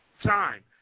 time